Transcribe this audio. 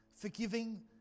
forgiving